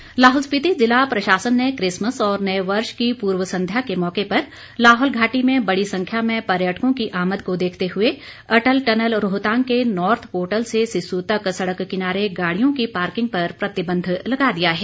DC Lahaul Lahaul Spiti जिला प्रशासन ने किसमस और नये वर्ष की पूर्व संध्या के मौके पर लाहौल घाटी में बड़ी संख्या में पर्यटकों की आमद को देखते हुए अटल टनल रोहतांग के नोर्थ पोर्टल से सिस्सु तक सड़क किनारे गाड़ियों की पार्किंग पर प्रतिबंध लगा दिया है